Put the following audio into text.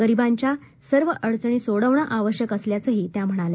गरिबांच्या सर्व अडचणी सोडवणं आवश्यक असल्याचंही त्या म्हणाल्या